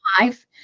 life